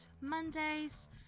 Mondays